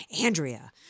Andrea